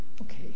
Okay